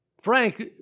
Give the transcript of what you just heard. Frank